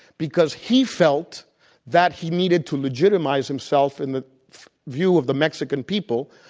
because he felt that he needed to legitimize himself in the view of the mexican people,